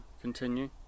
continue